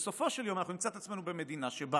בסופו של יום, אנחנו נמצא את עצמנו במדינה שבה